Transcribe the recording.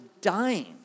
dying